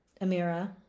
Amira